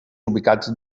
ubicats